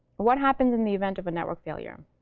what happens in the event of a network failure?